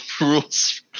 rules